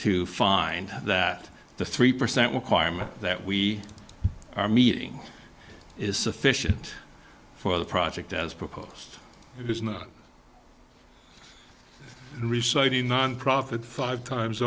to find that the three percent requirement that we are meeting is sufficient for the project as proposed reciting a nonprofit five times